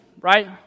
Right